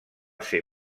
ser